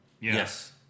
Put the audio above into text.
Yes